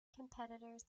competitors